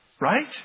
Right